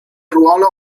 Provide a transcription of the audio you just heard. ruolo